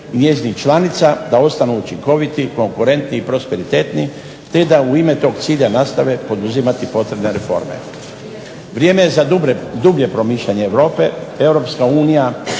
njezinih članica da ostanu konkurentni, učinkoviti i prosperitetni te da u ime tog cilja nastave poduzimati potrebne reforme. Vrijeme je za dublje promišljanje Europe, Europska unija